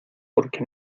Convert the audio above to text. porque